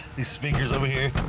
these speakers over here